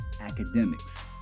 Academics